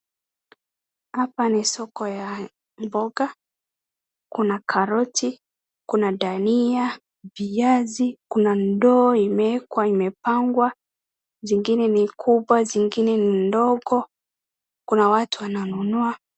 Hapa ni soko ya mboga, kuna karoti, kuna ndania, viazi, kuna ndoo imeekwa imepangwa, zingine ni kubwa zingine ni ndogo. Kuna watu wananunua.